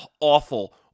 awful